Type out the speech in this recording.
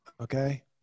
okay